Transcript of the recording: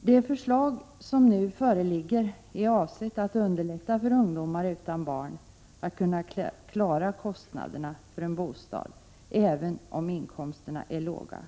Det förslag som nu föreligger är avsett att underlätta för ungdomar utan barn att klara kostnaderna för en bostad även om inkomsterna är låga.